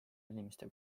valimiste